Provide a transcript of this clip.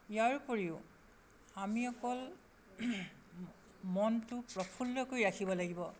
ইয়াৰ উপৰিও আমি অকল মনটো প্ৰফুল্ল কৰি ৰাখিব লাগিব